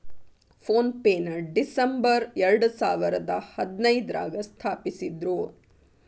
phone ಪೆನ December ಎರಡಸಾವಿರದ ಹದಿನೈದ್ರಾಗ ಸ್ಥಾಪಿಸಿದ್ರು